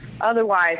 otherwise